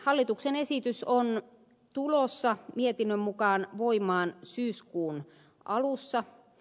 hallituksen esitys on tulossa mietinnön mukaan voimaan syyskuun alussa